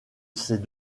ces